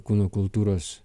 kūno kultūros